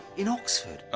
in oxford.